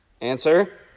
Answer